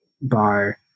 bar